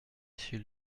chez